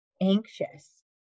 anxious